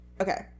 okay